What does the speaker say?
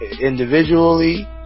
individually